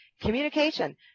communication